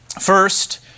First